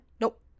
Nope